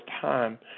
time